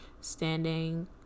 standing